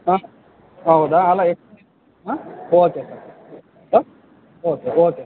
ಹಾಂ ಹೌದಾ ಅಲ್ಲ ಹಾಂ okay sir sir okay okay